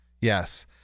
Yes